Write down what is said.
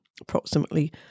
Approximately